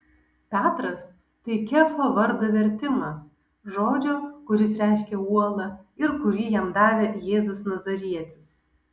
petras tai kefo vardo vertimas žodžio kuris reiškia uolą ir kurį jam davė jėzus nazarietis